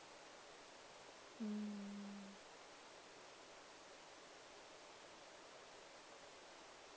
mm